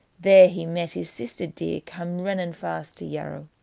there he met his sister dear, cam' rinnin' fast to yarrow.